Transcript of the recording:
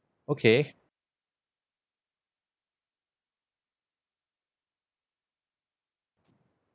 okay